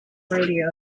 radio